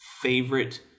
favorite